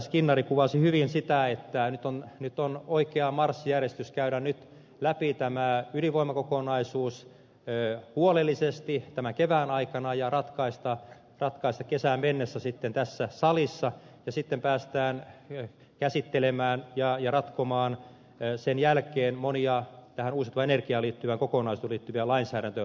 skinnari kuvasi hyvin sitä että on oikea marssijärjestys käydä nyt läpi tämä ydinvoimakokonaisuus huolellisesti tämän kevään aikana ja ratkaista kesään mennessä sitten tässä salissa ja sitten päästään käsittelemään ja ratkomaan sen jälkeen monia uusiutuvan energian kokonaisuuteen liittyviä lainsäädäntöhankkeita